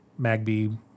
Magby